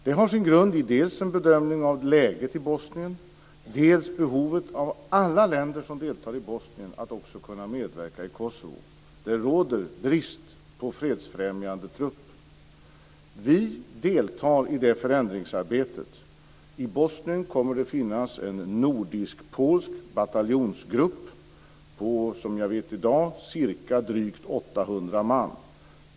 Det har sin grund i dels en bedömning av läget i Bosnien, dels behovet för alla länder som deltar i Bosnien att också kunna medverka i Kosovo. Det råder brist på fredsfrämjande trupp. Vi deltar i förändringsarbetet. I Bosnien kommer det att finnas en nordisk/polsk bataljonsgrupp på, som jag vet i dag, drygt 800 man.